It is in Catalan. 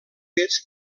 fets